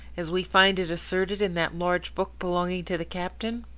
as we find it asserted in that large book belonging to the captain?